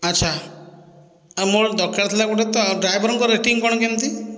ଆଛା ଆଉ ମୋର ଦରକାର ଥିଲା ଗୋଟିଏ ତ ଡ୍ରାଇଭରଙ୍କର ରେଟିଙ୍ଗ କଣ କେମିତି